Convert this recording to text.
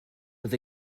with